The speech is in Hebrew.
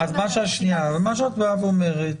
מה שאת באה ואומרת,